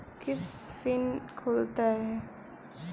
कैसे फिन खुल तय?